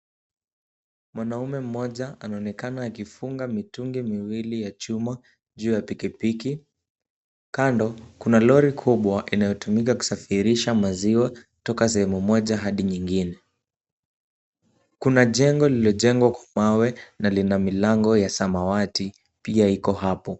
Mwanamume mmoja anaonekana akifunga mitungi miwili ya chuma juu ya pikipiki. Kando, kuna lori kubwa inayotumika kusafirisha maziwa kutoka sehemu moja hadi nyingine. Kuna jengo lililojengwa kwa mawe na lina milango ya samawati pia iko hapo.